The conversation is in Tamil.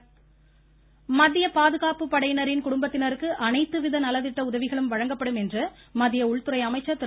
அமீத்ஷா மத்திய பாதுகாப்புப்படையினரின் குடும்பத்தினருக்கு அனைத்துவித நலத்திட்ட உதவிகளும் வழங்கப்படும் என்று மத்திய உள்துறை அமைச்சர் திரு